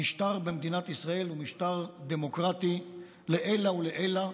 המשטר במדינת ישראל הוא משטר דמוקרטי לעילא ולעילא.